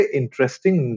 interesting